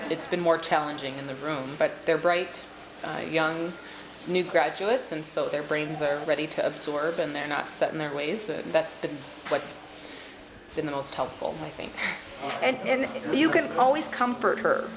hear it's been more challenging in the room but they're bright young new graduates and so their brains are ready to absorb and they're not set in their ways that's what's been the most helpful thing and you can always comfort her